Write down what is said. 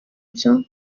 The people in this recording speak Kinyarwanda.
byo